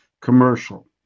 commercial